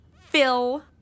Phil